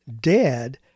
dad